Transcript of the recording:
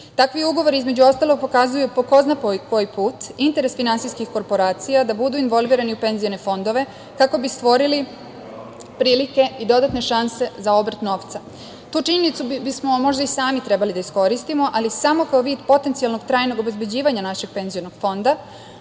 Takvi ugovori, između ostalog, pokazuju po ko zna koji put interes finansijskih korporacija da budu involvirani u penzione fondove kako bi stvorili prilike i dodatne šanse za obrt novca. Tu činjenicu bismo možda sami trebali da iskoristimo, ali samo kao vid potencijalnog trajnog obezbeđivanja našeg penzionog fonda,